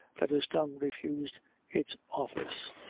that his tongue refused its office.